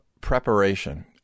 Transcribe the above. preparation